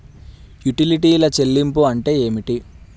యుటిలిటీల చెల్లింపు అంటే ఏమిటి?